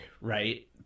right